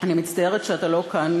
אני מצטערת שאתה לא כאן,